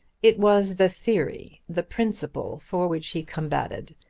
it was the theory the principle for which he combated,